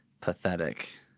Pathetic